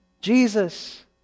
Jesus